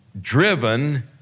driven